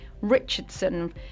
Richardson